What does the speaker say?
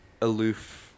aloof